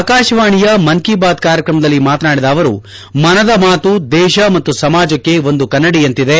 ಆಕಾಶವಾಣಿಯ ಮನ್ ಕೇ ಬಾತ್ ಕಾರ್ಯಕ್ರಮದಲ್ಲಿ ಮಾತನಾಡಿದ ಅವರು ಮನದ ಮಾತು ದೇಶ ಮತ್ತು ಸಮಾಜಕ್ಕೆ ಒಂದು ಕನ್ನಡಿಯಂತಿದೆ